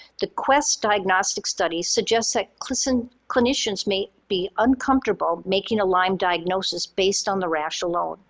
the quest diagnostic studies suggests that clinicians clinicians may be uncomfortable making a lyme diagnosis based on the rash alone.